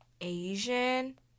Asian